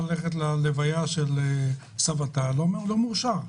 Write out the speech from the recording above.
ללכת להלוויה של סבתה זה לא מאושר.